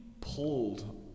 pulled